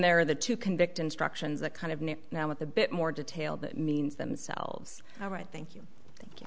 are the two convict instructions that kind of now with a bit more detail that means themselves all right thank you thank you